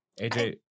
AJ